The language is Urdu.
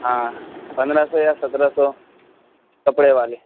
ہاں پندرہ سو یا سترہ سو کپڑے والے